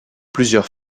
plusieurs